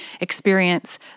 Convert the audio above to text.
experience